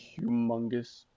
humongous